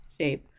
shape